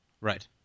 Right